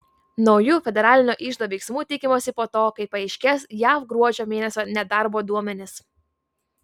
naujų federalinio iždo veiksmų tikimasi po to kai paaiškės jav gruodžio mėnesio nedarbo duomenys